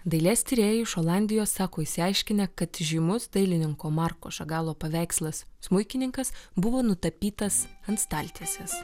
dailės tyrėjai iš olandijos sako išsiaiškinę kad žymus dailininko marko šagalo paveikslas smuikininkas buvo nutapytas ant staltiesės